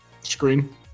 screen